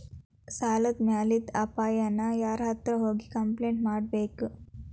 ಸಾಲದ್ ಮ್ಯಾಲಾದ್ ಅಪಾಯಾನ ಯಾರ್ಹತ್ರ ಹೋಗಿ ಕ್ಂಪ್ಲೇನ್ಟ್ ಕೊಡ್ಬೇಕು?